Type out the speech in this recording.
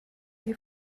you